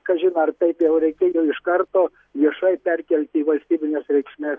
kažin ar taip jau reikėjo iš karto viešai perkelti į valstybinės reikšmė